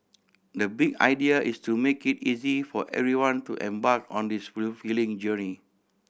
the big idea is to make it easy for everyone to embark on this fulfilling journey